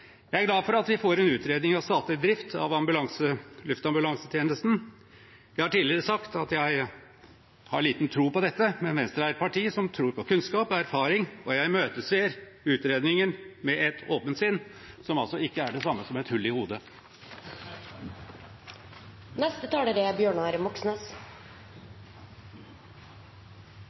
Jeg er glad for at vi får en utredning av statlig drift av luftambulansetjenesten. Jeg har tidligere sagt at jeg har liten tro på dette, men Venstre er et parti som tror på kunnskap og erfaring. Jeg imøteser utredningen med et åpent sinn, som altså ikke er det samme som et hull i hodet. Dagens situasjon er